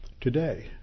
Today